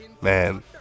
man